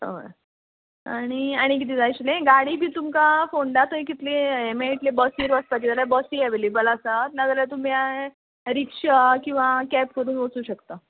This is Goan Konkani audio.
हय आनी आनी कितें जाय आशिल्लें गाडी बी तुमकां फोंडा थंय कितले हे मेळट्ले बसीर आसता बी जाल्या बसी एवेलेबल आसात नाजाल्यार तुमी आं रिक्शा किंवां कॅब करून वचूंक शकता